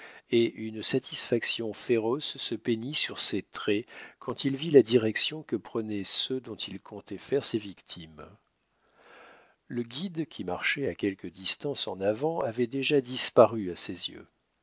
et une satisfaction féroce se peignit sur ses traits quand il vit la direction que prenaient ceux dont il comptait faire ses victimes le guide qui marchait à quelque distance en avant avait déjà disparu à ses yeux